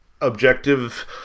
objective